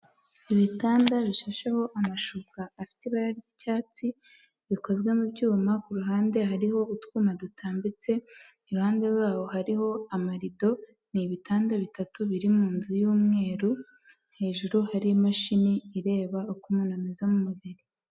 Ibitanda bishasheho amashuka afite ibara ry'icyatsi, bikozwe mu cyuma ku ruhande hariho utwuma dutambitse, iruhande rwaho hariho amarido, ni ibitanda bitatu biri mu nzu y'umweru, hejuru hari imashini ireba uko umuntu ameza mu mubiri.